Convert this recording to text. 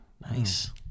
nice